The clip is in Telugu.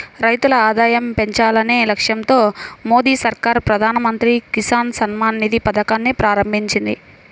రైతుల ఆదాయం పెంచాలనే లక్ష్యంతో మోదీ సర్కార్ ప్రధాన మంత్రి కిసాన్ సమ్మాన్ నిధి పథకాన్ని ప్రారంభించింది